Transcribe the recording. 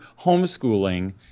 homeschooling